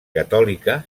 catòlica